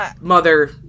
mother